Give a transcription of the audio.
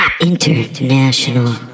International